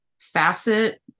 facet